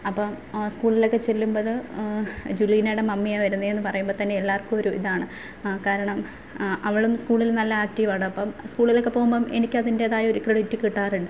അപ്പം സ്കൂളിലൊക്കെ ചെല്ലുമ്പോൾ ജുലീനയുടെ മമ്മിയാണ് വരുന്നതെന്ന് പറയുമ്പോൾ തന്നെ എല്ലാവര്ക്കും ഒരു ഇതാണ് കാരണം അവളും സ്കൂളില് നല്ല ആക്റ്റീവാണ് അപ്പം സ്കൂളിലൊക്കെ പോവുമ്പം എനിക്കതിൻ്റേതായ ഒരു ക്രെഡിറ്റ് കിട്ടാറുണ്ട്